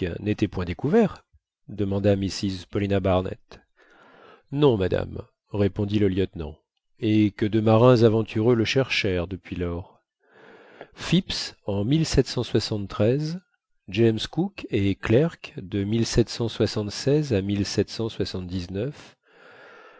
n'était point découvert demanda mrs paulina barnett non madame répondit le lieutenant et que de marins aventureux le cherchèrent depuis lors phipps en james cook et clerke de à